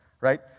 right